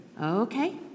Okay